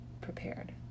prepared